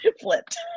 flipped